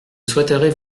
souhaiterais